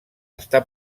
està